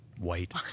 white